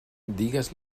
digues